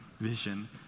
vision